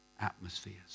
atmospheres